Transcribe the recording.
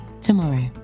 tomorrow